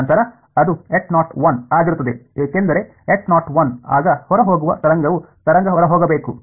ನಂತರ ಅದು ಆಗಿರುತ್ತದೆ ಏಕೆಂದರೆ ಆಗ ಹೊರಹೋಗುವ ತರಂಗವು ತರಂಗ ಹೊರಹೋಗಬೇಕು